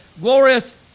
glorious